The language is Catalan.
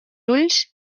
ulls